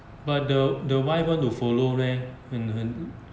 but the wife want to follow meh